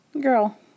girl